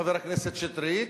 חבר הכנסת שטרית,